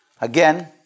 Again